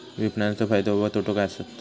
विपणाचो फायदो व तोटो काय आसत?